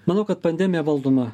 manau kad pandemija valdoma